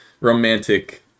romantic